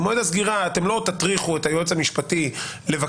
במועד הסגירה אתם לא תטריחו את היועץ המשפטי לבקש